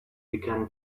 began